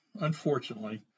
unfortunately